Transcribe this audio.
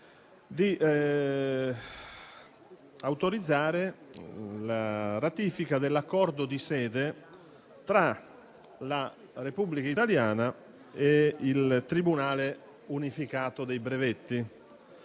di autorizzare la ratifica dell'Accordo di sede tra la Repubblica italiana e il Tribunale unificato dei brevetti.